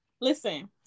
Listen